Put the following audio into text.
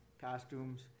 costumes